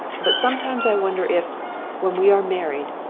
but sometimes i wonder if, when we are married,